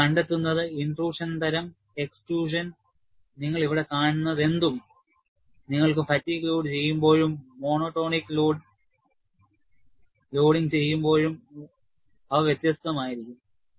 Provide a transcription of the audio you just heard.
നിങ്ങൾ കണ്ടെത്തുന്നത് ഇന്റട്രൂഷൻ തരംഎക്സ്ട്രൂഷൻ നിങ്ങൾ ഇവിടെ കാണുന്നതെന്തും നിങ്ങൾക്ക് ഫാറ്റീഗ് ലോഡുചെയ്യുമ്പോഴും മോണോടോണിക് ലോഡിംഗ് ഉള്ളപ്പോഴും അവ വ്യത്യസ്തമായിരിക്കും